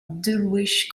dulwich